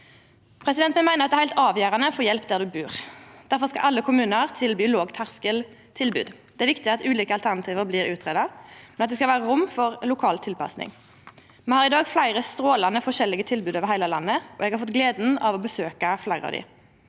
inkludert. Eg meiner det er heilt avgjerande å få hjelp der ein bur. Difor skal alle kommunar tilby lågterskeltilbod. Det er viktig at ulike alternativ blir utgreidde, men at det skal vera rom for lokal tilpassing. Me har i dag fleire strålande forskjellige tilbydarar over heile landet, og eg har hatt gleda av å besøkja fleire av dei.